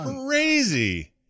crazy